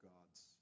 God's